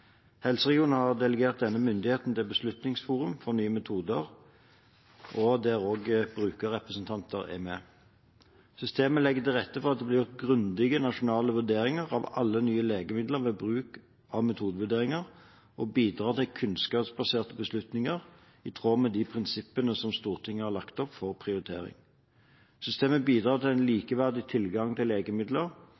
har delegert denne myndigheten til Beslutningsforum for nye metoder, der også brukerrepresentanter er med. Systemet legger til rette for at det blir gjort grundige nasjonale vurderinger av alle nye legemidler ved bruk av metodevurderinger, og bidrar til kunnskapsbaserte beslutninger i tråd med de prinsippene som Stortinget har lagt opp for prioritering. Systemet bidrar til en